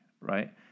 right